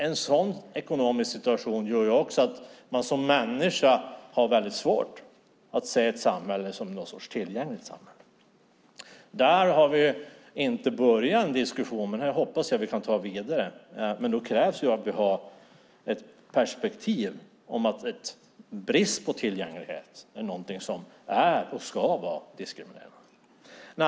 En sådan ekonomisk situation gör att man har svårt att se samhället som ett tillgängligt samhälle. Vi har inte börjat diskutera det, men det hoppas jag att vi kommer att göra. Då krävs att vi har perspektivet att brist på tillgänglighet är diskriminerande.